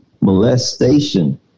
molestation